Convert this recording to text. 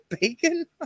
bacon